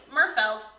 Murfeld